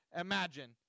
imagine